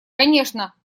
конечно